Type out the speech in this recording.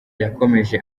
yakomeje